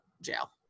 jail